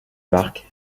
parc